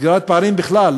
סגירת פערים בכלל,